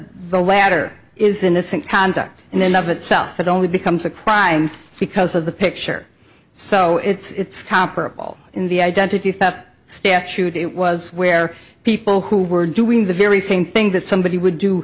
the latter is innocent conduct and then of itself it only becomes a crime because of the picture so it's comparable in the identity theft statute it was where people who were doing the very same thing that somebody would do